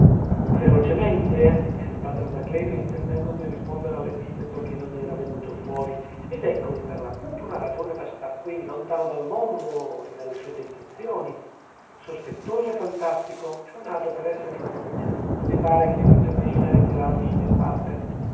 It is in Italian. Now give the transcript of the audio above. ferocemente disse il padre anacleto intendendo di rispondere all'epiteto che non era venuto fuori ed eccovi per l'appunto una ragione per star qui lontano dal mondo e dalle sue tentazioni sospettoso e fantastico cioè nato per essere infelice non vi pare che io faccia bene a ritirarmi in disparte